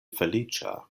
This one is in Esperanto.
feliĉa